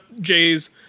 Jay's